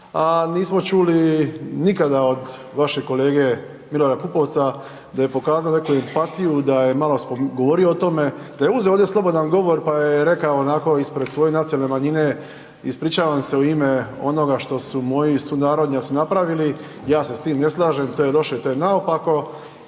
a nismo čuli nikada od vašeg kolege Milorada Pupovca, da je pokazao neku empatiju, da je malo govorio o tome, da je uzeo ovdje slobodan govor pa je rekao onako ispred svoje nacionalne manjine, ispričavam se u ime onoga što su moji sunarodnjaci napravili, ja se s tim ne slažem, to je loše i to je naopako